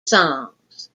songs